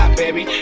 baby